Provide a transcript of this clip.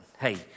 Hey